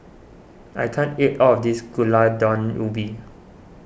I can't eat all of this Gulai Daun Ubi